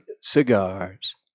Cigars